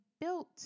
built